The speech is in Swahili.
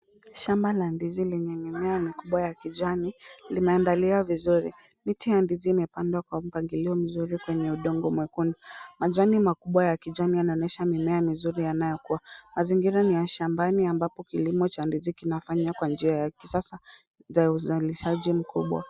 Shamba la ndizi lenye mimea mikubwa ya kijani, limeandaliwa vizuri. Miti ya ndizi imepandwa kwa mpangilio mzuri kwenye udongo mwekundu. Majani makubwa ya kijani yanaonesha mimea mizuri yanayokua. Mazingira ni ya shambani ambapo kilimo cha ndizi kinafanywa kwa njia ya kisasa za uzalishaji mkubwa.